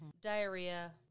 Diarrhea